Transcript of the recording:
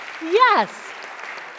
Yes